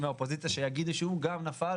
מהאופוזיציה שאולי יגידו שגם הוא נפל,